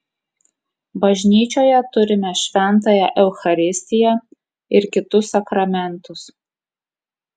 bažnyčioje turime šventąją eucharistiją ir kitus sakramentus